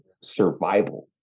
survival